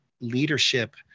leadership